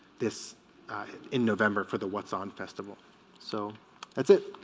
this in november for the what's on festival so that's it